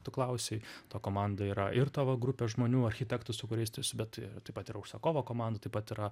tu klausei ta komanda yra ir tavo grupė žmonių architektų su kuriais tu esi bet taip pat yra užsakovo komanda taip pat yra